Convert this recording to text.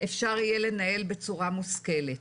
אפשר יהיה לנהל בצורה מושכלת.